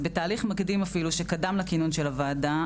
בתהליך מקדים שקדם לכינון של הוועדה,